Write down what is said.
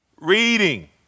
reading